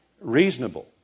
reasonable